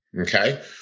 okay